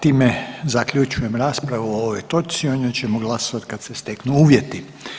Time zaključujem raspravu o ovoj točci, o njoj ćemo glasovati kad se steknu uvjeti.